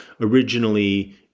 originally